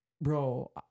bro